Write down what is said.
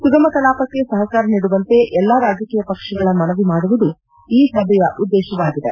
ಸುಗಮ ಕಲಾಪಕ್ಕೆ ಸಹಕಾರ ನೀಡುವಂತೆ ಎಲ್ಲಾ ರಾಜಕೀಯ ಪಕ್ಷಗಳ ಮನವಿ ಮಾಡುವುದು ಈ ಸಭೆಯ ಉದ್ದೇಶವಾಗಿದೆ